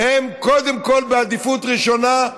הם קודם כול בעדיפות ראשונה,